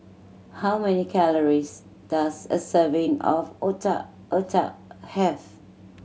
how many calories does a serving of Otak Otak have